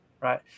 right